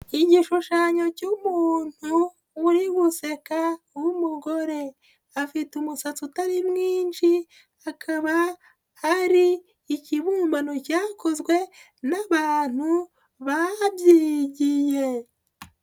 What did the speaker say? Igishushanyo cy'umuntu uri guseka w'umugore, afite umusatsi utari mwinshi, akaba ari ikibumbano cyakozwe n'abantu babyigiye.